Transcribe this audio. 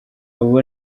ubu